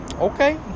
okay